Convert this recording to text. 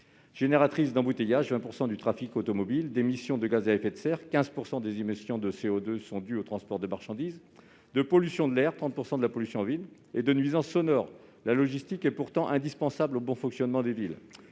Génératrice d'embouteillages, avec 20 % du trafic automobile, d'émission de gaz à effet de serre- 15 % des émissions de CO2 sont dues au transport de marchandises -, de pollution de l'air, soit 30 % de la pollution en ville, et de nuisances sonores, la logistique est pourtant indispensable au bon fonctionnement des villes.